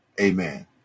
Amen